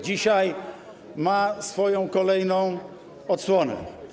dzisiaj ma swoją kolejną odsłonę.